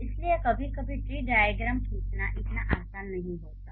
इसलिए कभी कभी ट्री डाइअग्रैम खींचना इतना आसान नहीं होता है